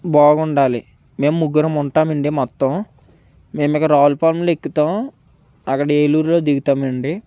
బాగుండాలి మేము ముగ్గురం ఉంటామండి మొత్తం మేము ఇక్కడ రావులపాలెంలో ఎక్కుతాం అక్కడ ఏలూరులో దిగుతామండి